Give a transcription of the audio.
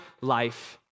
life